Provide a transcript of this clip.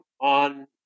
on